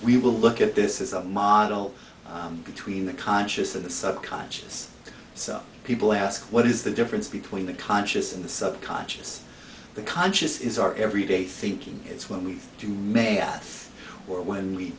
we will look at this is a model between the conscious of the subconscious so people ask what is the difference between the conscious and the subconscious the conscious is our everyday thinking it's when we do ma